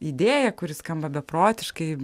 idėją kuri skamba beprotiškai